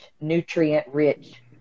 nutrient-rich